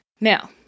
Now